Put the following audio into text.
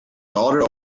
daughter